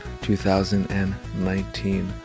2019